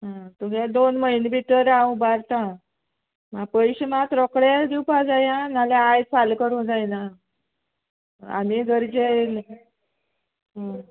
तुगे दोन म्हयने भितर हांव उबारतां पयशे मात रोकडे दिवपा जाय आं नाल्या आयज दिता फाल्यां करूं जायना आमी गरजे येयले